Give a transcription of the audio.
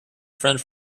friend